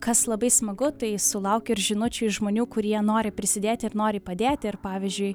kas labai smagu tai sulaukiu ir žinučių iš žmonių kurie nori prisidėti ir nori padėti ir pavyzdžiui